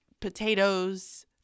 potatoes